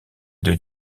deux